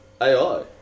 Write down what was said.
AI